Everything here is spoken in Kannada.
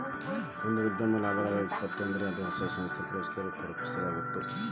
ಒಂದ ಉದ್ಯಮ ಲಾಭದಾಗ್ ಇತ್ತಪ ಅಂದ್ರ ಅದ ಹೊಸ ಸಂಸ್ಥೆಗಳನ್ನ ಪ್ರವೇಶಿಸಾಕ ಪ್ರೋತ್ಸಾಹಿಸಿದಂಗಾಗತ್ತ